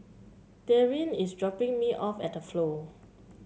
Daryn is dropping me off at The Flow